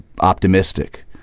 optimistic